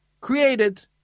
created